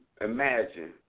imagine